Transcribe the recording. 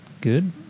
good